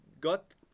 got